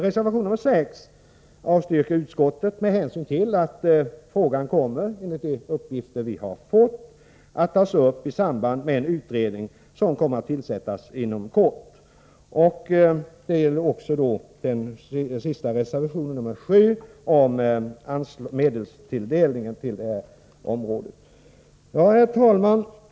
Reservation 6 avstyrker utskottet med hänvisning till att frågan enligt de uppgifter som vi har fått kommer att tas upp i samband med en utredning som kommer att tillsättas inom kort. Detta gäller också reservation 7, om medelstilldelningen inom detta område. Herr talman!